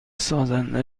سازنده